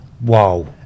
Wow